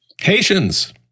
Haitians